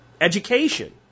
education